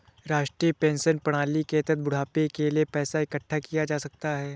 राष्ट्रीय पेंशन प्रणाली के तहत बुढ़ापे के लिए पैसा इकठ्ठा किया जा सकता है